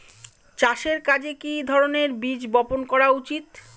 চাষের কাজে কি ধরনের বীজ বপন করা উচিৎ?